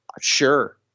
sure